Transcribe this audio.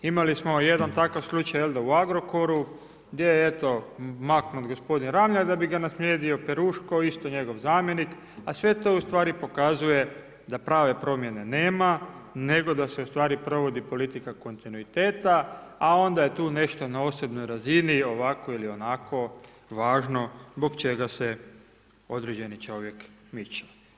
Imali smo jedan takav slučaj, jel' da, u Agrokoru, gdje je eto, maknut gospodin Ramljak da bi ga naslijedio Peruško, isto njegov zamjenik a sve to ustvari pokazuje da prave promjene nema, nego da se ustvari provodi politika kontinuiteta a onda je tu nešto na osobnoj razini, ovako ili onako važno zbog čega se određeni čovjek miče.